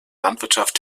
landwirtschaft